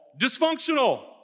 dysfunctional